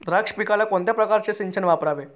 द्राक्ष पिकाला कोणत्या प्रकारचे सिंचन वापरावे?